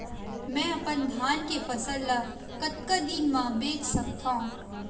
मैं अपन धान के फसल ल कतका दिन म बेच सकथो?